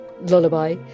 lullaby